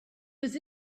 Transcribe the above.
was